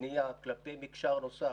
בנייה כלפי מקשר נוסף,